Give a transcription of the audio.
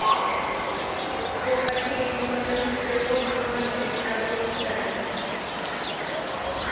property insurance सेहो बीमाक एकटा रुप छै